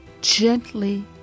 gently